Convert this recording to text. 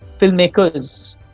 filmmakers